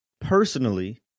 personally